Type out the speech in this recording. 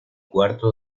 cuarto